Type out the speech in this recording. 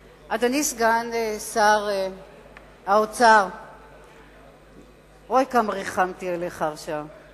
אדוני, סגן שר האוצר, אוי, כמה ריחמתי עליך עכשיו.